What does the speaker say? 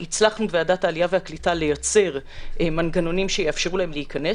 הצלחנו בוועדת העלייה והקליטה לייצר מנגנונים שיאפשרו להם להיכנס.